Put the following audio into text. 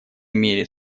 мере